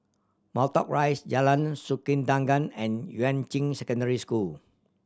Matlock Rise Jalan Sikudangan and Yuan Ching Secondary School